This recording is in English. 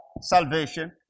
salvation